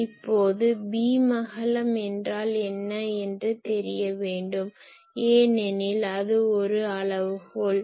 இப்போது பீம் அகலம் என்ன என்று தெரிய வேண்டும் ஏனெனில் அது ஒரு அளவுகோல்